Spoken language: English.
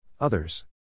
Others